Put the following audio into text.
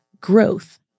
growth